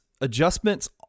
adjustments